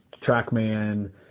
TrackMan